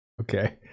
Okay